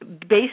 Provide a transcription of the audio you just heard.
based